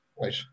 right